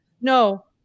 No